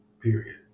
Period